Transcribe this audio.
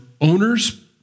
owners